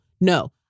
no